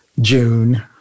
June